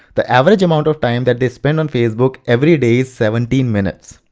the average amount of time that they spend on facebook every day is seventeen minutes.